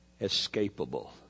escapable